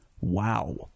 Wow